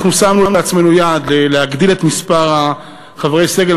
אנחנו שמנו לעצמנו יעד להגדיל את מספר חברי הסגל